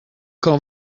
quand